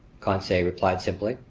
conseil replied simply.